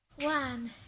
One